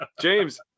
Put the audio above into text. James